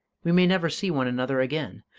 we may never see one another again.